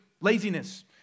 laziness